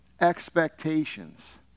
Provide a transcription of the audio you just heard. expectations